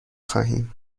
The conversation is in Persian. خواهیم